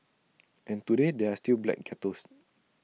and today there are still black ghettos